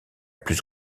plus